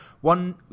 One